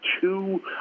two